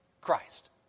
Christ